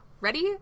Ready